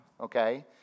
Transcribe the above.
okay